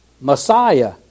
Messiah